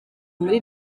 muri